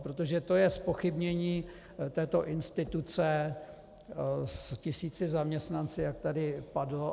Protože to je zpochybnění této instituce s tisíci zaměstnanci, jak tady padlo...